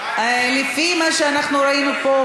לפי מה שאנחנו ראינו פה,